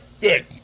Good